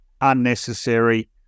unnecessary